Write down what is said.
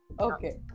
Okay